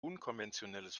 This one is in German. unkonventionelles